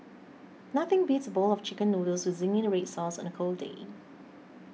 nothing beats a bowl of Chicken Noodles with Zingy Red Sauce on the cold day